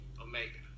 Omega